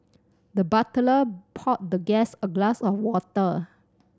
the butler poured the guest a glass of water